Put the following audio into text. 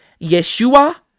Yeshua